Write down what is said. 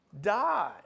die